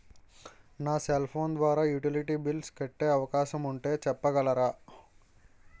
నా cell phone ద్వారా utility bills కట్టే అవకాశం ఉంటే చెప్పగలరా?